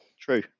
True